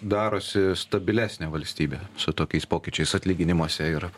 darosi stabilesnė valstybė su tokiais pokyčiais atlyginimuose ir